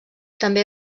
també